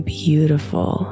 beautiful